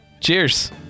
Cheers